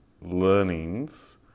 learnings